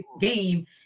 game